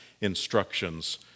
instructions